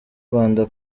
rwanda